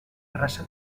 raça